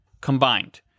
combined